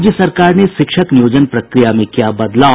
राज्य सरकार ने शिक्षक नियोजन प्रक्रिया में किया बदलाव